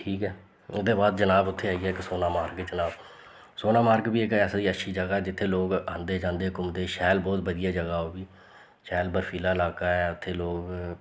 ठीक ऐ ओह्दे बाद जनाब उत्थें आई गेआ इक सोनामार्ग जनाब सोनामार्ग बी इक ऐसी अच्छी जगह् ऐ जित्थें लोक आंदे जंदे घूमदे शैल बोह्त बधियै जगह् ओह् बी शैल बर्फीला लाका ऐ उत्थें लोक